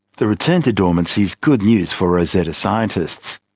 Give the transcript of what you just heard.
the return to dormancy is good news for rosetta scientists.